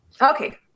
Okay